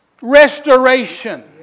restoration